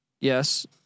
Yes